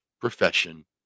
profession